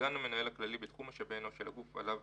וסגן המנהל הכללי בתחום משאבי אנוש של הגוף שעליו